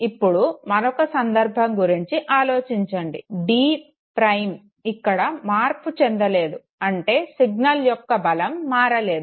ఇప్పుడు మరొక సందర్భం గురించి ఆలోచించండి డి'డి ప్రైమ్ ఇక్కడ మార్పు చెందలేదు అంటే సిగ్నల్ యొక్క బలం మారలేదు